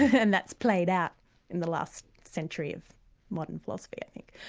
and that's played out in the last century of modern philosophy i think.